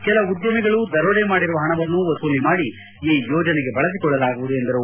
ಕೆಲ ಉದ್ಡಮಿಗಳು ದರೋಡೆ ಮಾಡಿರುವ ಪಣವನ್ನು ವಸೂಲಿ ಮಾಡಿ ಈ ಯೋಜನೆಗೆ ಬಳಸಿಕೊಳ್ಳಲಾಗುವುದು ಎಂದರು